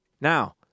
Now